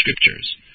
Scriptures